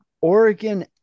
oregon